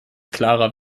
klarer